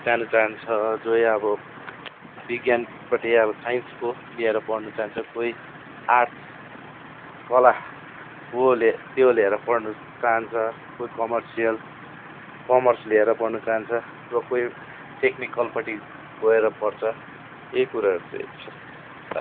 जानु चाहन्छ जो अब विज्ञानपट्टि अब साइन्सको लिएर पढ्नु चाहन्छ कोही आर्ट्स कला वो लिए त्यो लिएर पढ्नु चाहन्छ कोही कमर्सियल कमर्स लिएर पढ्नु चाहन्छ र कोही टेक्निकलपट्टि गएर पढ्छ यही कुराहरू चाहिँ छ